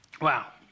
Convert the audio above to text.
Wow